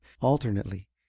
alternately